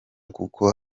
kuko